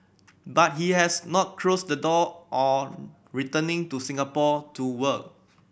but he has not closed the door on returning to Singapore to work